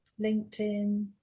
LinkedIn